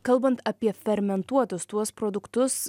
kalbant apie fermentuotus tuos produktus